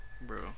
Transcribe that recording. Bro